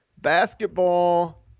Basketball